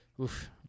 oof